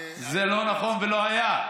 זה לא נכון ולא היה.